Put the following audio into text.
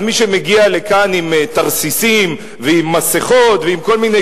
אז מי שמגיע לכאן עם תרסיסים ועם מסכות ועם כל מיני